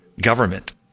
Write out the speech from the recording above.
government